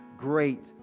great